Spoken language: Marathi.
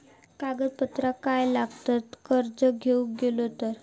कागदपत्रा काय लागतत कर्ज घेऊक गेलो तर?